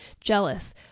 jealous